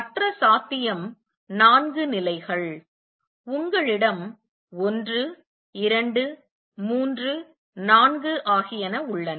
மற்ற சாத்தியம் நான்கு நிலைகள் உங்களிடம் 1 2 3 4 ஆகியன உள்ளன